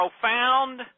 profound